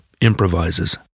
improvises